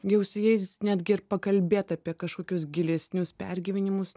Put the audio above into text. jau su jais netgi ir pakalbėt apie kažkokius gilesnius pergyvenimus